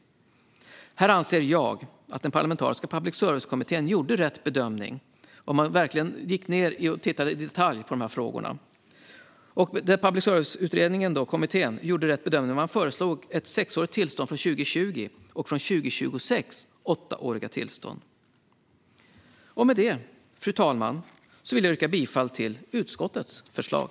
Här anser jag att Parlamentariska public service-kommittén gjorde rätt bedömning när man verkligen tittade i detalj på de här frågorna och föreslog ett sexårigt tillstånd från 2020 och åttaåriga tillstånd från 2026. Med detta, fru talman, vill jag yrka bifall till utskottets förslag.